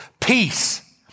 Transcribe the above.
Peace